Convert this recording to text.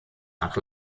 nach